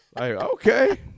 okay